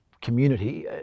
community